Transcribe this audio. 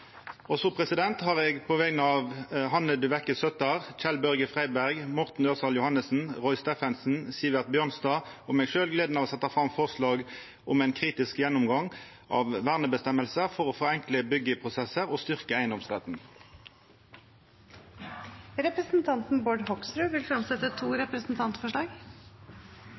har eg på vegner av representantane Hanne Dyveke Søttar, Kjell-Børge Freiberg, Morten Ørsal Johansen, Roy Steffensen, Sivert Bjørnstad og meg sjølv gleda av å setja fram forslag om ein «kritisk gjennomgang av vernebestemmelser for å forenkle byggeprosesser og styrke eiendomsretten». Representanten Bård Hoksrud vil fremsette to representantforslag.